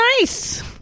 nice